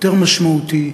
יותר משמעותי,